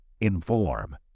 Inform